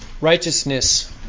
Righteousness